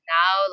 now